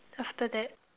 after that